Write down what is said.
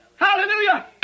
Hallelujah